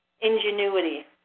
Ingenuity